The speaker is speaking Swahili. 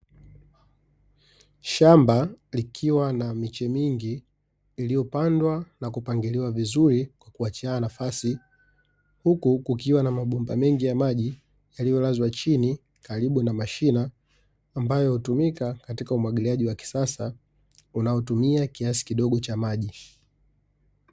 Shamba likiwa na miche mingi iliyopandwa na kupangiliwa vizuri kwa kuachiana nafasi, huku kukiwa na mabomba mengi ya maji, yaliyolazwa chini karibu na mashina, ambayo hutumika katika umwagiliaji wa kisasa unaotumia kiasi kidogo cha maji.